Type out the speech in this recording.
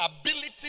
ability